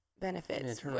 benefits